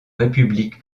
république